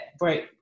right